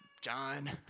John